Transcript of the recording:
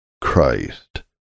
Christ